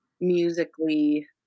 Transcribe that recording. musically